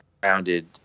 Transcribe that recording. grounded